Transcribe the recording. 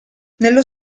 nello